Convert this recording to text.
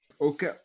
okay